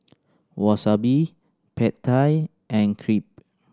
Wasabi Pad Thai and Crepe